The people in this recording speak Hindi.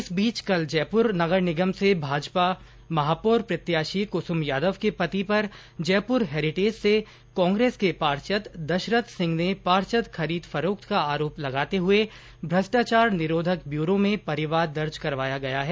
इस बीच कल जयपुर नगर निगम से भाजपा महापौर प्रत्याशी कुसुम यादव के पति पर जयपुर हेरिटेज से कांग्रेस के पार्षद दशरथ सिंह ने पार्षद खरीद फरोख्त का आरोप लगाते हुए भ्रष्टाचार निरोधक ब्यूरो में परिवाद दर्ज करवाया गया है